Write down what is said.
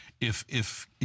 if—if